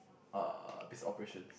uh biz operations